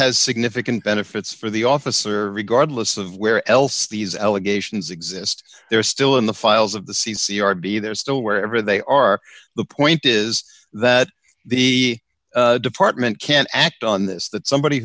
has significant benefits for the officer regardless of where else these allegations exist they're still in the files of the c c r be they're still wherever they are the point is that the department can act on this that somebody